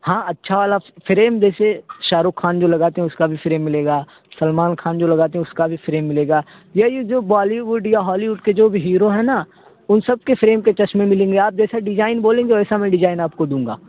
ہاں اچھا والا فریم جیسے شاہ رخ خان جو لگاتے ہیں اس کا بھی فریم ملے گا سلمان خان جو لگاتے ہیں اس کا بھی فریم ملے گا یہی جو بالی وڈ یا ہالی وڈ کے جو بھی ہیرو ہیں نا ان سب کے فریم کے چشمے ملیں گے آپ جیسا ڈیزائن بولیں گے ویسا میں ڈیزائن آپ کو دوں گا